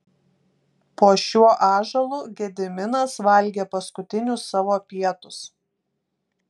po šiuo ąžuolu gediminas valgė paskutinius savo pietus